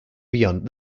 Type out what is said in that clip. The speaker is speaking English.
beyond